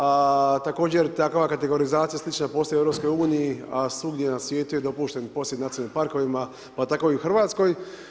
A također takva kategorizacija, slična, postoji i u EU, a svugdje na svijetu je dopušten posjet nacionalnim parkovima, pa tako i u Hrvatskoj.